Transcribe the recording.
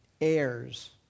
Heirs